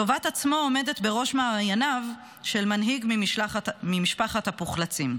טובת עצמו עומדת בראש מעייניו של מנהיג ממשפחת הפוחלצים.